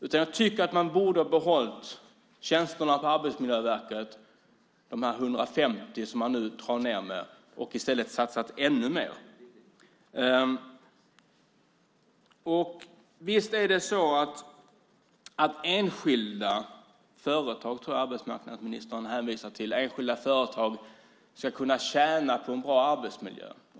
Man borde ha behållit de 150 tjänsterna på Arbetsmiljöverket som man nu drar ned på och i stället satsat ännu mer. Visst är det så att enskilda företag, som jag tror att arbetsmarknadsministern hänvisade till, ska kunna tjäna på en bra arbetsmiljö.